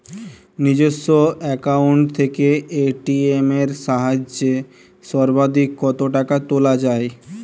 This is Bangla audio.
নিজস্ব অ্যাকাউন্ট থেকে এ.টি.এম এর সাহায্যে সর্বাধিক কতো টাকা তোলা যায়?